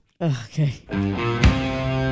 Okay